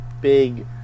big